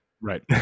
Right